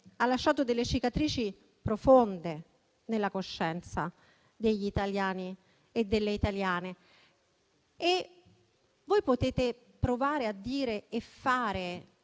ha lasciato delle cicatrici profonde nella coscienza degli italiani e delle italiane e voi potete provare a dire e a fare